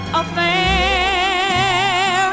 affair